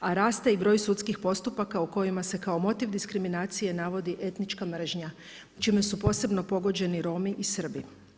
A raste i broj sudskih postupaka u kojima se kao motiv diskriminacije navodi etnička mržnja čime su posebno pogođeni Romi i Srbi.